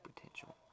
potential